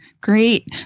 Great